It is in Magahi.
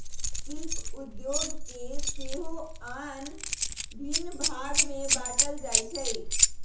शिल्प उद्योग के सेहो आन भिन्न भाग में बाट्ल जाइ छइ